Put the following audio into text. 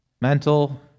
Mental